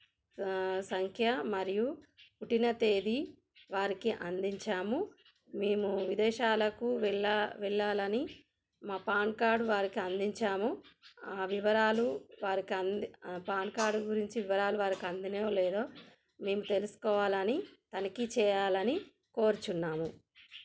సంఖ్య మరియు పుట్టిన తేదీ వారికి అందించాము మేము విదేశాలకు వెళ్ళా వెళ్ళాలని మా పాన్ కార్డు వారికి అందించాము ఆ వివరాలు వారికి పాన్ కార్డు గురించి వారికి వివరాలు అందినాయో లేదో మేము తెలుసుకోవాలని తనిఖీ చేయాలని కోరుచున్నాము